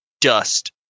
dust